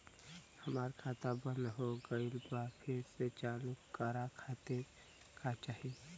हमार खाता बंद हो गइल बा फिर से चालू करा खातिर का चाही?